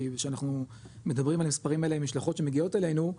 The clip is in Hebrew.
כי כשאנחנו מדברים על המספרים האלה עם משלחות שמגיעות אלינו,